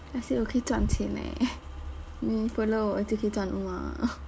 just say 我可以赚钱 eh 你 follow 我可以赚钱嘛